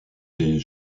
ses